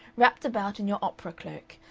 wrapped about in your opera cloak,